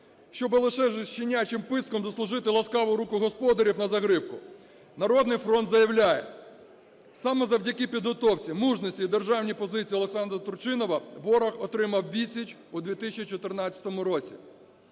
щоб лише щенячим писком заслужити ласкаву руку господарів на загривку. "Народний фронт" заявляє: саме завдяки підготовці, мужності і державній позиції Олександра Турчинова ворог отримав відсіч у 2014 році,